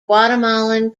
guatemalan